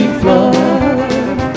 flood